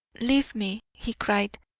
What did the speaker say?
leave me, he cried.